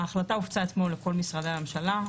ההחלטה הופצה אתמול לכל משרדי הממשלה.